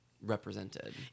represented